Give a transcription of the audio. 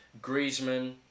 Griezmann